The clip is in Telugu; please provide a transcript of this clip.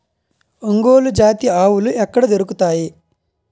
ఒంగోలు జాతి ఆవులు ఎక్కడ దొరుకుతాయి?